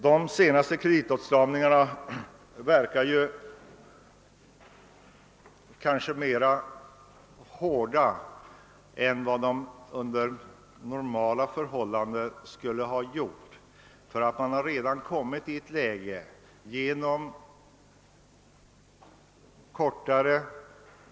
De senaste kreditrestriktionerna verkar kanske hårdare än de skulle gjort under normala förhållanden genom att företagsamheten på grund av strängare.